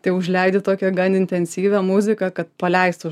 tai užleidi tokią gan intensyvią muziką kad paleist tuos